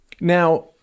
Now